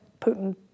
Putin